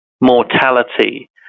mortality